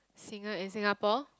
single in Singapore